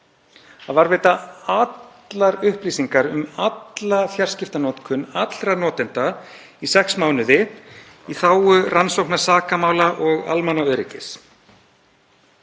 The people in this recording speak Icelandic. Að varðveita allar upplýsingar um alla fjarskiptanotkun allra notenda í sex mánuði í þágu rannsóknar sakamála og almannaöryggis.